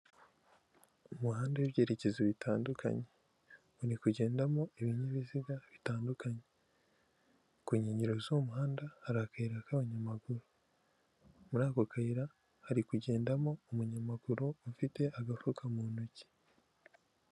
Umuhanda w'ibyerekezo bitandukanye uri kugendamo ibinyabiziga bitandukanye ku nkengero z'umuhanda hari agayira k'abanyamaguru muri ako kayira hari kugendamo umunyamaguru ufite agafuka mu ntoki.